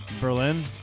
Berlin